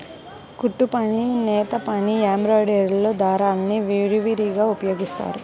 కుట్టుపని, నేతపని, ఎంబ్రాయిడరీలో దారాల్ని విరివిగా ఉపయోగిస్తారు